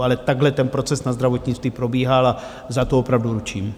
Ale takhle ten proces na zdravotnictví probíhal a za to opravdu ručím.